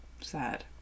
Sad